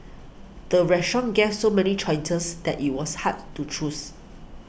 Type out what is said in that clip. the restaurant guess so many choices that it was hard to choose